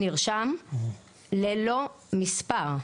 נרשם ללא מספר.